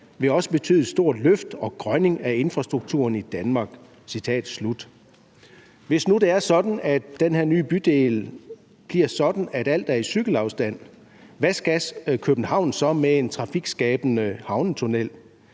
vil også betyde et stort løft og grønning af infrastrukturen i Danmark. Hvis nu det er sådan, at den her nye bydel bliver sådan, at alt er i cykelafstand, hvad skal København så med en trafikskabende havnetunnel?